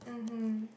mmhmm